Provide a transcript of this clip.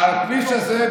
על הכביש הזה,